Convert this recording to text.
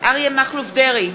אריה מכלוף דרעי,